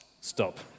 stop